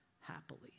happily